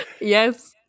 Yes